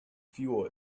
fuel